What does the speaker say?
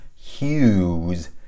hues